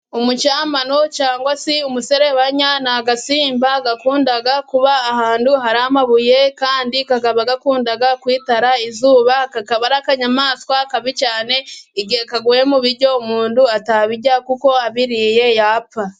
Umucamano cyangwa se umuserebanya, ni agasimba gakunda kuba ahantu hari amabuye kandi kakaba gakunda kwitara izuba, kakaba ari akanyamaswa kabi cyane, igihe kaguye mu biryo umuntu atabirya kuko abiriye yapfa.